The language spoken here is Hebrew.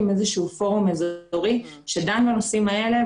איזשהו פורום אזורי שדן בנושאים האלה,